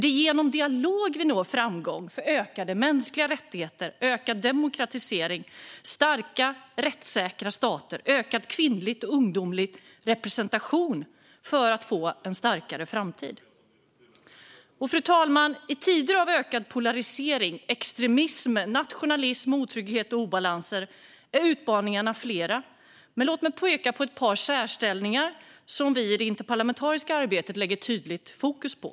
Det är genom dialog vi når framgång för ökade mänskliga rättigheter, ökad demokratisering, starka rättssäkra stater och ökad kvinnlig och ungdomlig representation för att få en starkare framtid. Fru talman! I tider av ökad polarisering, extremism, nationalism, otrygghet och obalanser är utmaningarna flera. Men låt mig peka på ett par som har en särställning och som vi i det interparlamentariska arbetet lägger tydligt fokus på.